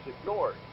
ignored